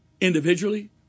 individually